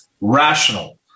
rational